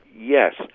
Yes